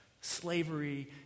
slavery